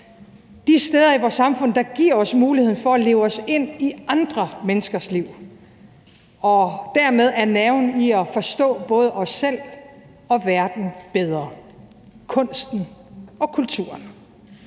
de steder i vores samfund, der giver os muligheden for at leve os ind i andre menneskers liv og dermed er nerven i at forstå både os selv og verden bedre – kunsten og kulturen.